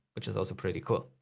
which is also pretty cool.